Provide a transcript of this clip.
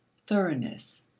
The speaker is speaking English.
thoroughness,